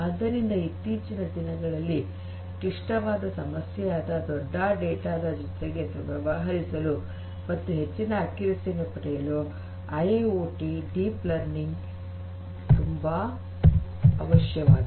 ಆದ್ದರಿಂದ ಇತ್ತೀಚಿನ ದಿನಗಳಲ್ಲಿ ಕ್ಲಿಷ್ಟವಾದ ಸಮಸ್ಯೆಯಾದ ದೊಡ್ಡ ಡೇಟಾ ದ ಜೊತೆ ವ್ಯವಹರಿಸಲು ಮತ್ತು ಹೆಚ್ಚಿನ ನಿಖರತೆಯನ್ನು ಪಡೆಯಲು ಐಐಓಟಿ ನಲ್ಲಿ ಡೀಪ್ ಲರ್ನಿಂಗ್ ತುಂಬಾ ಅವಶ್ಯಕವಾಗಿದೆ